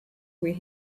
where